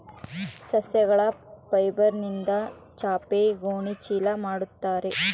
ಸಸ್ಯಗಳ ಫೈಬರ್ಯಿಂದ ಚಾಪೆ ಗೋಣಿ ಚೀಲ ಮಾಡುತ್ತಾರೆ